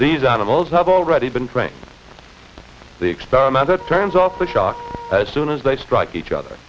these animals have already been trained the experimenter turns off the shock as soon as they strike each other